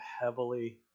heavily